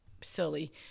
silly